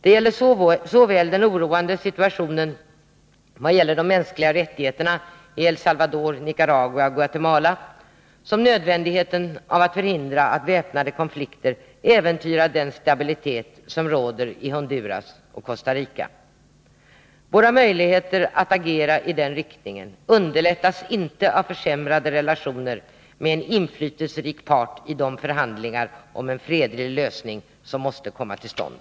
Det gäller såväl den oroande situationen i fråga om de mänskliga rättigheterna i El Salvador, Nicaragua och Guatemala som nödvändigheten av att förhindra att väpnade konflikter äventyrar den stabilitet som råder i Honduras och Costa Rica. Våra möjligheter att agera i den riktningen underlättas inte av försämrade relationer med en inflytelserik part i de förhandlingar om en fredlig lösning som måste komma till stånd.